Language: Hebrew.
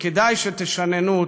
וכדאי שתשננו אותה.